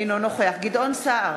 אינו נוכח גדעון סער,